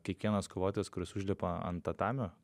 kiekvienas kovotojas kuris užlipa ant tatamio